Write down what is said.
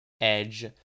edge